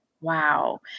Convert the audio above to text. wow